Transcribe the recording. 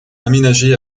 aménagé